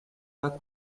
pas